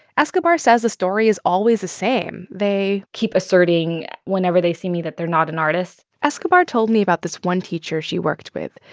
escobar says the story is always the same. they. keep asserting whenever they see me that they're not an artist escobar told me about this one teacher she worked with.